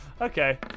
Okay